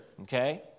Okay